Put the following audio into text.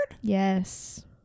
Yes